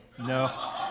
No